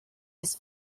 his